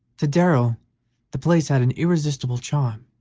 to darrell the place had an irresistible charm